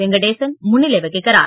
வெங்கடேசன் முன்னிலை வகிக்கிறார்